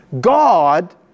God